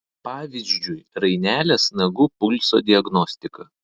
pavyzdžiui rainelės nagų pulso diagnostika